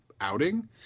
outing